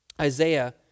Isaiah